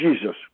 Jesus